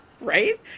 right